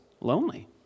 lonely